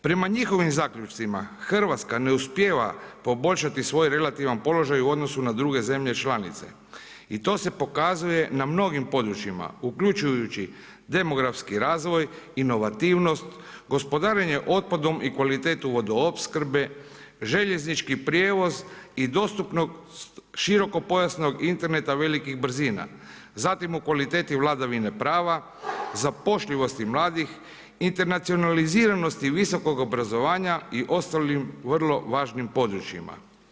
Prema njihovim zaključcima, Hrvatska ne uspijeva poboljšati svoj relativan položaj u odnosu na druge zemlje članice i to se pokazuje na mnogim područjima, uključujući demografski razvoj, inovativnost, gospodarenje otpadom i kvalitetu vodoopskrbe, željeznički prijevoz i dostupnost širokopojasnog interneta velikih brzina, zatim u kvaliteti vladavine prava, zapošljivosti mladih, internacionaliziranost visokog obrazovanja i ostalim vrlo važnim područjima.